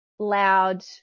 Loud